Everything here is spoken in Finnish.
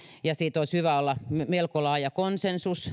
ja olisi hyvä olla melko laaja konsensus